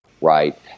Right